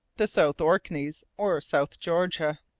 the south orkneys, or south georgia.